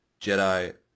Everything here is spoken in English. Jedi